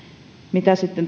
mitä sitten